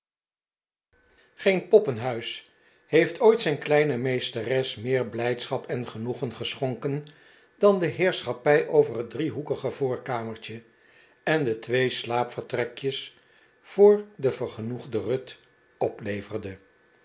geen poppenhuis heeft ooit zijn kleine meesteres meer blijdschap en genoegen geschonken dan de heerschappij over het driehoekige voorkamertje en de twee slaapvertrekjes voor de vergenoegde ruth opleverde